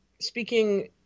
speaking